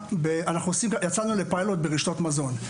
יצאנו לפיילוט ברשתות מזון.